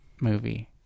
movie